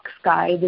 sky